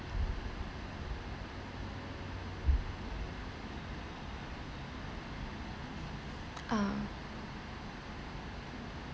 uh